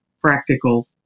practical